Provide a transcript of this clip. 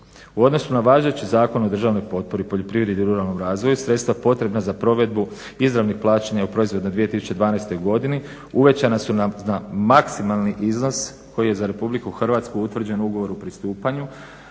U odnosu na važeće Zakone o državnoj potpori, poljoprivredi i ruralnom razvoju sredstva potrebna za provedbu izravnih plaćanja u proizvodnoj 2012. godini uvećana su na maksimalni iznos koji je za Republiku Hrvatsku utvrđen u ugovoru o pristupanju,